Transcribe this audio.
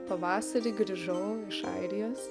pavasarį grįžau iš airijos